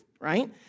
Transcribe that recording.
right